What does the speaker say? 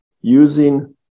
using